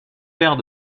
père